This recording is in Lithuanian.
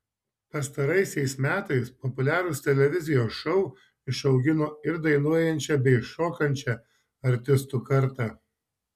pastaraisiais metais populiarūs televizijos šou išaugino ir dainuojančią bei šokančią artistų kartą